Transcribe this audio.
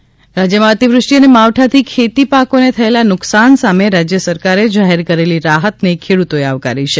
રાહ્ત પ્રતિભાવ પાટણ રાજ્યમાં અતિવૃષ્ટિ અને માવઠાથી ખેતી પાકોને થયેલા નુકસાન સામે રાજ્ય સરકારે જાહેર કરેલી રાહતને ખેડૂતોએ આવકારી છે